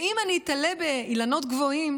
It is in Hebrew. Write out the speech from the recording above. ואם אני איתלה באילנות גבוהים,